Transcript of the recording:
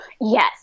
Yes